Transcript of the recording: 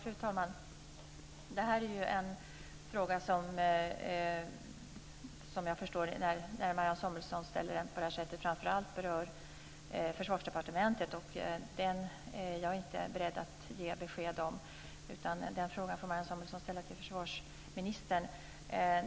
Fru talman! Det här är ju en fråga som ställd på det här sättet framför allt berör Försvarsdepartementet. Jag är inte beredd att ge besked i den frågan, utan den får Marianne Samuelsson ställa till försvarsministern.